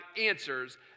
answers